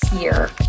year